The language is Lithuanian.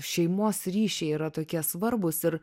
šeimos ryšiai yra tokie svarbūs ir